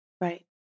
right